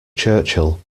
churchill